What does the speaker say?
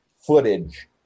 footage